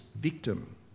victim